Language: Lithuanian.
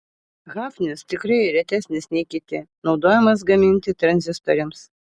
hafnis tikrai retesnis nei kiti naudojamas gaminti tranzistoriams